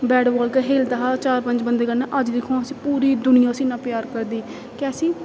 bat ball गै खेलदा हा चार पंज बंदे कन्नै अज्ज दिक्खो हां उसी पूरी दुनिया उसी इन्ना प्यार करदी केह् असें